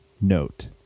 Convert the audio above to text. note